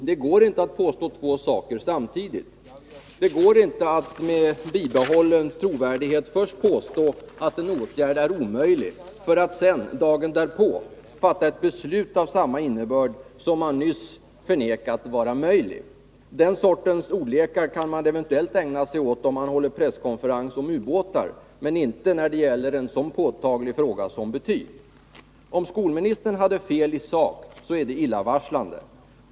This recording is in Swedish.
Herr talman! Det går inte att med bibehållen trovärdighet först påstå att en åtgärd är omöjlig att genomföra för att sedan dagen därpå fatta ett beslut om att genomföra just den åtgärden. Den sortens ordlekar kan man eventuellt ägna sig åt om man håller presskonferens om ubåtar men inte när det gäller en så påtaglig fråga som betygsättningen. Om skolministern hade fel i sak är det illavarslande.